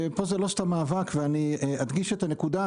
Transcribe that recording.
פה זה לא סתם מאבק, ואני אדגיש את הנקודה.